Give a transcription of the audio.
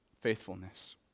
faithfulness